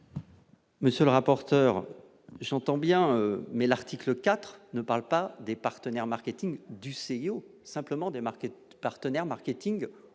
Monsieur le rapporteur, j'entends bien mais l'article IV ne parle pas des partenaires marketing du CIO simplement démarqué partenaire mais.